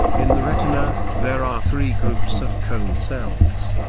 in the retina, there are three groups of cone cells,